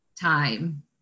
time